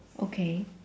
okay